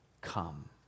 come